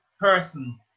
person